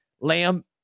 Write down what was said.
Lamb